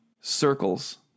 Circles